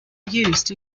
used